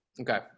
Okay